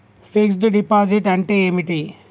Fix డ్ deposit అంటే ఏమిటి?